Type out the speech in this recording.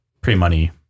pre-money